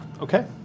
Okay